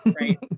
Right